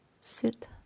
sit